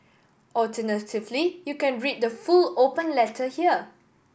alternatively you can read the full open letter here